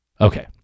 Okay